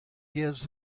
gives